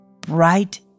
Bright